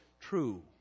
true